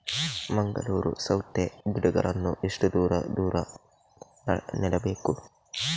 ಮಂಗಳೂರು ಸೌತೆ ಗಿಡಗಳನ್ನು ಎಷ್ಟು ದೂರ ದೂರ ನೆಡಬೇಕು?